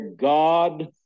God